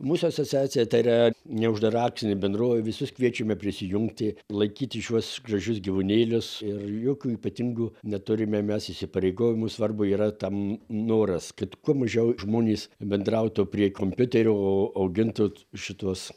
mūsų asociacija tai yra ne uždara akcinė bendrovė visus kviečiame prisijungti laikyti šiuos gražius gyvūnėlius ir jokių ypatingų neturime mes įsipareigojimų svarbu yra tam noras kad kuo mažiau žmonės bendrautų prie kompiuterio o augintų šituos